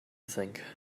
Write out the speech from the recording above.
think